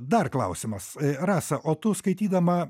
dar klausimas rasa o tu skaitydama